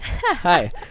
Hi